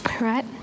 right